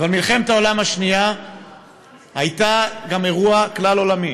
אבל מלחמת העולם השנייה הייתה גם אירוע כלל-עולמי,